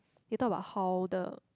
they talk about how the